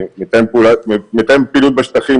מתאם הפעולות בשטחים,